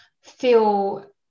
feel